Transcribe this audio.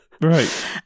Right